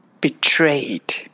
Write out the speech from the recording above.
betrayed